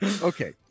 Okay